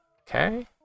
okay